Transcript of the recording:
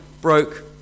broke